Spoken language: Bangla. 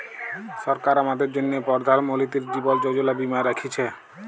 সরকার আমাদের জ্যনহে পরধাল মলতিরি জীবল যোজলা বীমা রাখ্যেছে